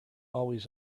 always